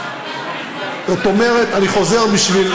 זאת אומרת, אני חוזר בשביל,